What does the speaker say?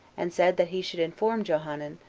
and said that he should inform johanan,